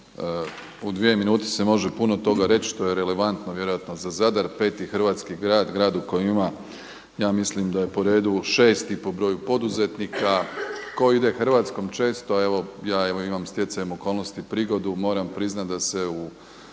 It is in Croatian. u dvije minute se može puno toga reći što je relevantno vjerojatno za Zadar peti hrvatski grad, grad u kojem ima ja mislim da je po redu šesti po broju poduzetnika. Tko ide Hrvatskom često, a ja evo imam stjecajem okolnosti prigodu, moram priznati da se u